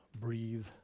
Breathe